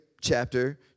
chapter